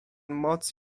moc